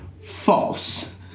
false